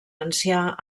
ancià